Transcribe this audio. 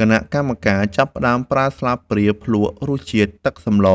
គណៈកម្មការចាប់ផ្ដើមប្រើស្លាបព្រាភ្លក្សរសជាតិទឹកសម្ល